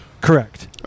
Correct